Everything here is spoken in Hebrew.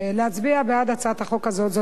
להצביע בעד הצעת החוק הזאת.